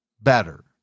better